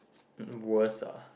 worst ah